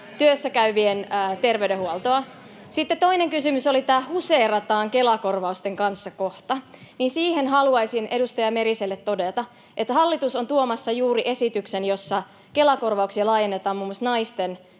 työssäkäyvien terveydenhuoltoa. Sitten toinen kysymys oli tämä ”huseerataan Kela-korvausten kanssa” -kohta, ja siihen haluaisin edustaja Meriselle todeta, että hallitus on tuomassa juuri esityksen, jossa Kela-korvauksia laajennetaan muun muassa naisten